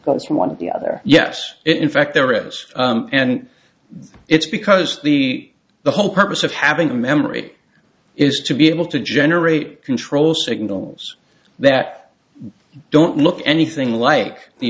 was from one of the other yes it in fact they're rich and it's because the the whole purpose of having a memory is to be able to generate control signals that don't look anything like the